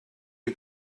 you